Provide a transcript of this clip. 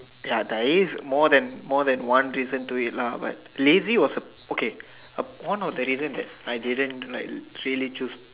ya that if more than more than one reason to it lah but lazy was the okay a one of the reason that I didn't like really choose